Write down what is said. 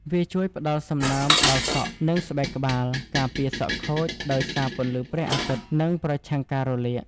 វាជួយផ្តល់សំណើមដល់សក់ និងស្បែកក្បាល ការពារសក់ខូចដោយសារពន្លឺព្រះអាទិត្យ និងប្រឆាំងការរលាក។